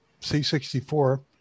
C64